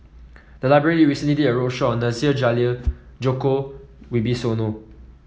the library recently did a roadshow on Nasir Jalil Djoko Wibisono